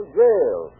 jail